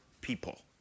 people